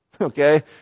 okay